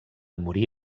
morí